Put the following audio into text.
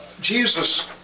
Jesus